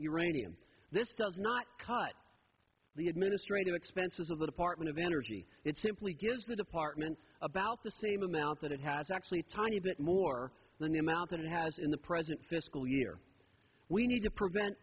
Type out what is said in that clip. uranium this does not cut the administrative expenses of the department of energy it simply gives the department about the same amount that it has actually tiny bit more than the amount that it has in the present fiscal year we need to prevent